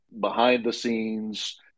behind-the-scenes